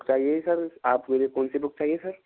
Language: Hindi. बताइए सर आपके लिए कौनसी बुक चाहिए सर